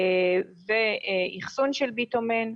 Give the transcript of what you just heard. ואחסון של ביטומן.